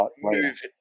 move